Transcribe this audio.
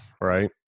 right